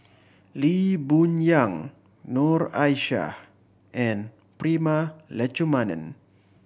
Lee Boon Yang Noor Aishah and Prema Letchumanan